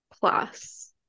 class